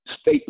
State